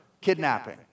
kidnapping